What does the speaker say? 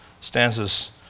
stanzas